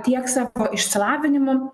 tiek savo išsilavinimu